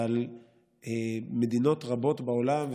אבל מדינות רבות בעולם,